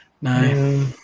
No